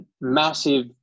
massive